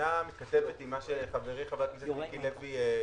הראשונה מתקשרת למה שחברי מיקי לוי הציג.